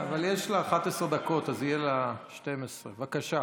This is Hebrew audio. אבל יש לה 11 דקות, אז יהיו לה 12. בבקשה.